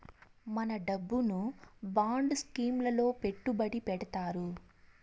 మన డబ్బును bond scheme లలో పెట్టుబడి పెడతారు